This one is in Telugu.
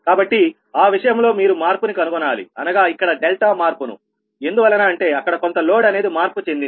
కాబట్టి ఆ విషయంలో మీరు మార్పుని కనుగొనాలి అనగా ఇక్కడ డెల్టా మార్పును ఎందువలన అంటే అక్కడ కొంత లోడ్ అనేది మార్పు చెందింది